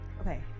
okay